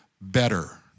better